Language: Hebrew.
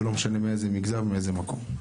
ולא משנה מאיזה מגזר או מאיזה מקום.